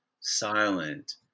silent